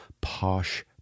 posh